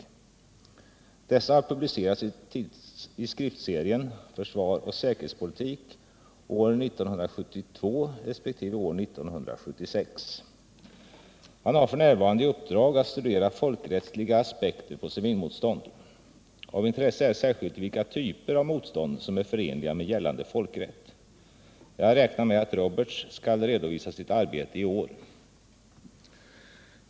Dessa har publicerats i skriftserien Försvar och säkerhetspolitik år 1972 resp. år 1976. Han har f.n. i uppdrag att studera folkrättsliga aspekter på civilmotstånd. Av intresse är särskilt vilka typer av motstånd som är förenliga med gällande folkrätt. Jag räknar med att Roberts skall redovisa sitt arbete i år.